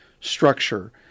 structure